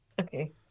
Okay